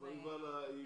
אבל היא כבר עלתה.